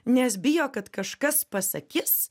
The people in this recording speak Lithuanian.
nes bijo kad kažkas pasakys